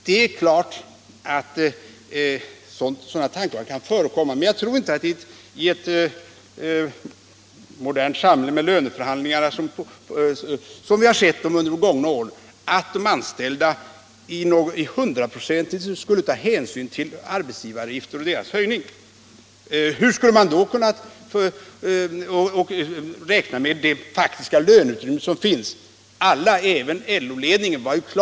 Det är klart att sådana tankegångar kan förekomma, men jag tror inte att de anställda i ett modernt samhälle med löneförhandlingar, sådana som vi har sett dem under de gångna åren, hundraprocentigt skulle ta hänsyn till arbetsgivaravgifter och deras höjning. Hur skulle man då kunna räkna med det faktiska löneutrymme som finns? Alla, även LO-ledningen, vart.ex.